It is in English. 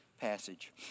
passage